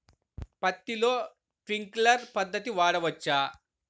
పత్తిలో ట్వింక్లర్ పద్ధతి వాడవచ్చా?